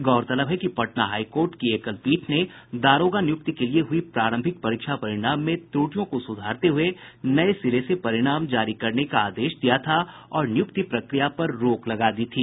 गौरतलब है कि पटना हाईकोर्ट की एकलपीठ ने दारोगा नियुक्ति के लिए हुई प्रारंभिक परीक्षा परिणाम में त्रुटियों को सुधारते हुए नये सिरे से परिणाम जारी करने का आदेश दिया था और नियुक्ति प्रक्रिया पर रोक लगा दी थी